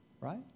right